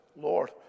Lord